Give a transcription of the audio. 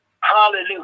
Hallelujah